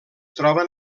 troben